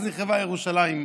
אז נחרבה ירושלים.